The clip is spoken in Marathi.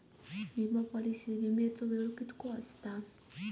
विमा पॉलिसीत विमाचो वेळ कीतको आसता?